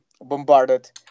bombarded